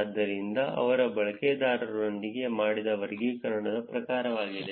ಆದ್ದರಿಂದ ಅವರು ಬಳಕೆದಾರರೊಂದಿಗೆ ಮಾಡಿದ ವರ್ಗೀಕರಣದ ಪ್ರಕಾರವಾಗಿದೆ